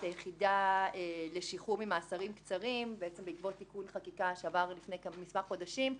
היחידה לשחרור ממאסרים קצרים בעקבות תיקון חקיקה שעבר לפני כמה חודשים.